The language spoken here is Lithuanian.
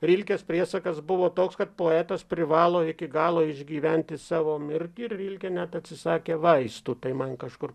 rilkės priesakas buvo toks kad poetas privalo iki galo išgyventi savo mirtį ir vilkė net atsisakė vaistų tai man kažkur